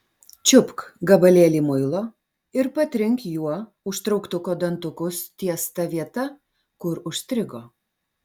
čiupk gabalėlį muilo ir patrink juo užtrauktuko dantukus ties ta vieta kur užstrigo